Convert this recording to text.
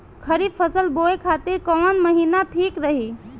खरिफ फसल बोए खातिर कवन महीना ठीक रही?